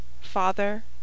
FATHER